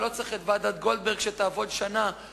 ולא צריך שוועדת-גולדברג תעבוד שנה בשביל זה.